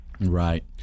Right